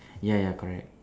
ya ya correct